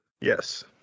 Yes